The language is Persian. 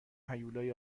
هیولای